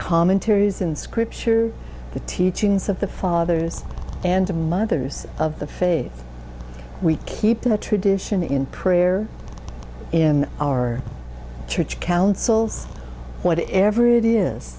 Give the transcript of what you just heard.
commentaries in scripture the teachings of the fathers and mothers of the faith we keep the tradition in prayer in our church councils what ever it is